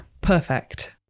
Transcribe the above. perfect